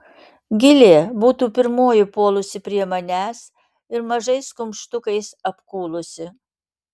gilė būtų pirmoji puolusi prie manęs ir mažais kumštukais apkūlusi